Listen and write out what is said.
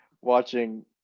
watching